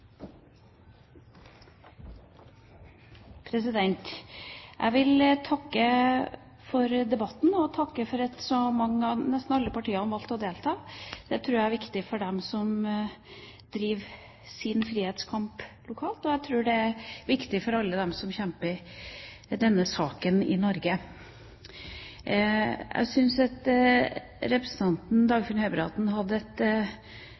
Jeg vil takke for debatten og takke for at nesten alle partiene har valgt å delta. Det tror jeg er viktig for dem som driver sin frihetskamp lokalt, og jeg tror det er viktig for alle dem som kjemper denne saken i Norge. Jeg syns at representanten Dagfinn Høybråten hadde et